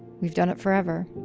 we've done it forever.